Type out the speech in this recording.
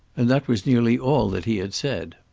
and that was nearly all that he had said.